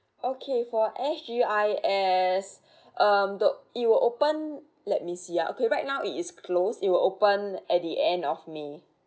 okay for S_G_I_S um the it will open let me see ah okay right now it is close it will open at the end of may